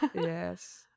Yes